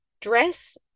dress